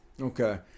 Okay